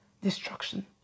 destruction